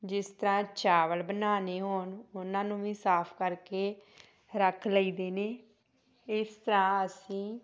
ਜਿਸ ਤਰ੍ਹਾਂ ਚਾਵਲ ਬਣਾਉਣੇ ਹੋਣ ਉਹਨਾਂ ਨੂੰ ਵੀ ਸਾਫ਼ ਕਰਕੇ ਰੱਖ ਲਈ ਦੇ ਨੇ ਇਸ ਤਰ੍ਹਾਂ ਅਸੀਂ